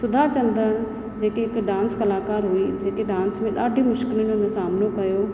सुधा चंद्रन जेका हिकु डांस कलाकार हुई जेके डांस में ॾाढियूं मुश्किलनि जो सामिनो कयो